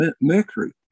Mercury